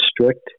strict